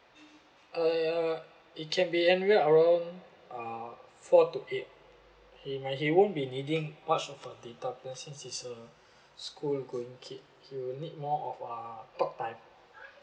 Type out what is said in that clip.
uh ya it can be anywhere around uh four to eight he might he won't be needing much of a data plan since he's a school going kid he will need more of uh talk time